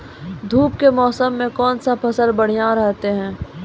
धूप के मौसम मे कौन फसल बढ़िया रहतै हैं?